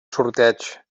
sorteig